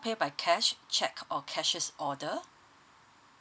pay by cash check or cashiers' order